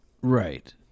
Right